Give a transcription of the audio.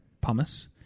pumice